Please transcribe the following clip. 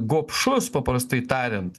gobšus paprastai tariant